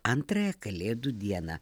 antrąją kalėdų dieną